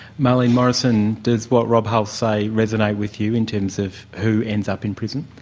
marlene morison, does what rob hulls say resonate with you in terms of who ends up in prison?